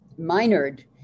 minored